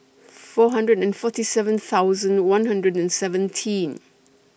four hundred and forty seven thousand one hundred and seventeen